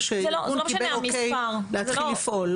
שארגון קיבל 'אוקיי' להתחיל לפעול.